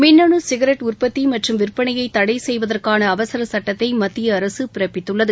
மின்னு சிகரெட் உற்பத்தி மற்றும் விற்பனையை தடை செய்வதற்கான அவசர சட்டத்தை மத்திய அரசு பிறப்பித்துள்ளது